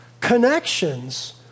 connections